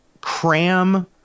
cram